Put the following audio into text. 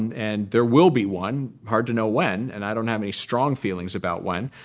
and there will be one hard to know when. and i don't have any strong feelings about when.